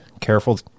careful